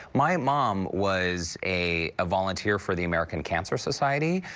my mom was a a volunteer for the american cancer society,